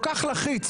כל כך לחיץ,